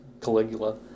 Caligula